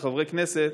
כחברי כנסת,